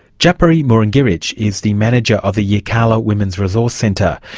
djapirri mununggirritj is the manager of the yirrkala women's resource centre.